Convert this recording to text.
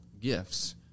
gifts